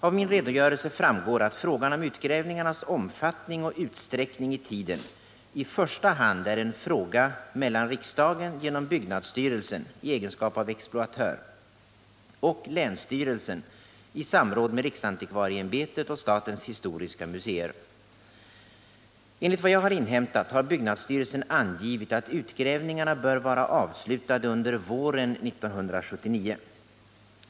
Av min redogörelse framgår att frågan om utgrävningarnas omfattning och utsträckning i tiden i första hand är en fråga mellan riksdagen genom byggnadsstyrelsen i egenskap av exploatör och länsstyrelsen i samråd med Enligt vad jag har inhämtat har byggnadsstyrelsen angivit att utgrävningarna bör vara avslutade under våren 1979.